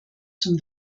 zum